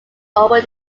over